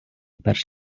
перш